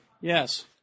Yes